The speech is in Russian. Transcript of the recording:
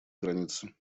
границы